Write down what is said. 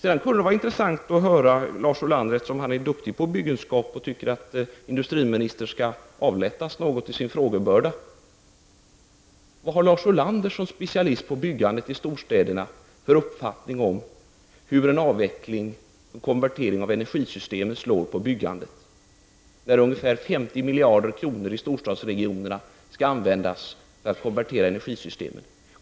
Eftersom Lars Ulander är specialist på byggandet i storstäderna och tycker att industriministern skall avlastas sin frågebörda, kunde det vara intressant att höra vilken uppfattning han har om hur en avveckling och en konvertering av energisystemet slår på byggandet, när ungefär 50 miljarder kronor i storstadsregionerna skall användas för att konvertera energisystemet.